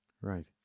Right